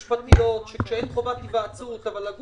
ויש גם דוקטרינות משפטיות שכשאין חובת היוועצות אבל סביר